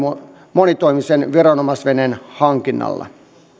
monitoimisen viranomaisveneen hankinnalla